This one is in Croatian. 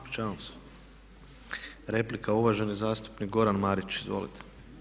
Replika, uvaženi zastupnik Goran Marić, izvolite.